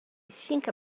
think